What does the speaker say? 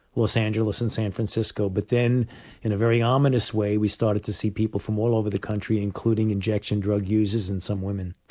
los angeles and san francisco but then in a very ominous way we started to see people from all over the country including injection drug users and some women.